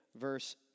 verse